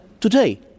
today